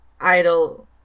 idol